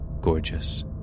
gorgeous